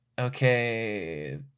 okay